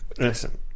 Listen